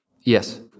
Yes